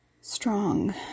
strong